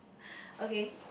okay